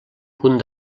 punt